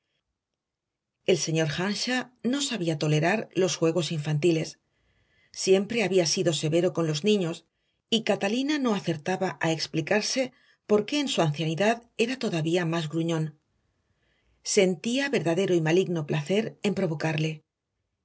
el señor earnshaw no sabía tolerar los juegos infantiles siempre había sido severo con los niños y catalina no acertaba a explicarse por qué en su ancianidad era todavía más gruñón sentía verdadero y maligno placer en provocarle